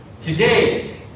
today